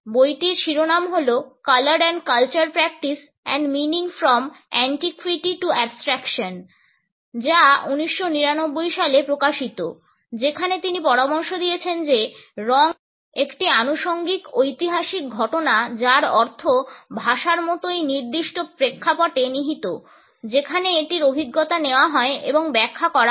বইটির শিরোনাম হল Color and Culture Practice and Meaning from Antiquity to Abstraction যা 1999 সালে প্রকাশিত যেখানে তিনি পরামর্শ দিয়েছেন যে রঙ একটি আনুষঙ্গিক ঐতিহাসিক ঘটনা যার অর্থ ভাষার মতোই নির্দিষ্ট প্রেক্ষাপটে নিহিত যেখানে এটির অভিজ্ঞতা নেওয়া হয় এবং ব্যাখ্যা করা হয়